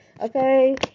Okay